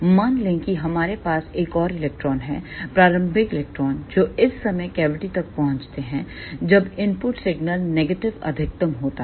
मान लें कि हमारे पास एक और इलेक्ट्रॉन है प्रारंभिक इलेक्ट्रॉन जो इस समय कैविटी तक पहुंचता है जब इनपुट सिग्नल नेगेटिव अधिकतम होता है